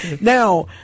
Now